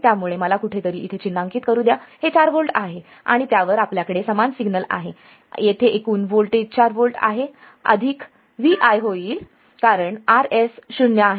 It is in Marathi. त्यामुळे मला कुठेतरी इथे चिन्हांकित करू द्या हे 4 व्होल्ट आहे आणि त्यावर आपल्याकडे समान सिग्नल आहे येथे एकूण व्होल्टेज 4 व्होल्ट अधिक Vi होईल कारण RS शून्य आहे